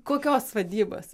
kokios vadybos